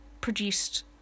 produced